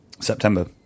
September